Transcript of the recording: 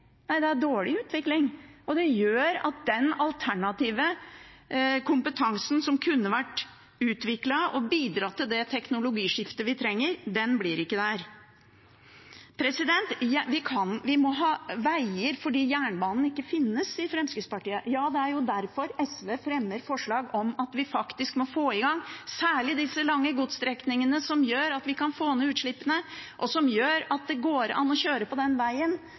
og det gjør at den alternative kompetansen som kunne vært utviklet og ha bidratt til det teknologiskiftet vi trenger, ikke blir der. Vi må ha veier fordi jernbanen ikke finnes, sier Fremskrittspartiet. Ja, det er derfor SV fremmer forslag om at vi faktisk må få i gang særlig de lange godsstrekningene, som gjør at vi kan få ned utslippene, og som gjør at det går an å kjøre på